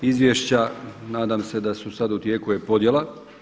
Izvješća nadam se da su sada u tijeku je podjela.